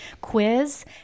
quiz